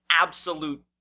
absolute